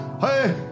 hey